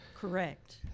Correct